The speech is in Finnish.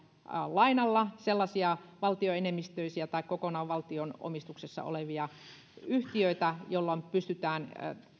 lainalla valtioenemmistöisiä tai kokonaan valtion omistuksessa olevia yhtiöitä jolloin pystytään